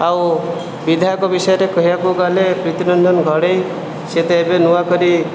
ଆଉ ବିଧାୟକ ବିଷୟରେ କହିବାକୁ ଗଲେ ପ୍ରୀତିରଞ୍ଜନ ଘଡ଼େଇ ସେ ତ ଏବେ ନୂଆ କରି